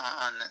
on